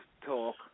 talk